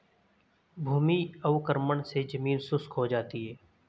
भूमि अवक्रमण मे जमीन शुष्क हो जाती है